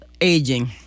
aging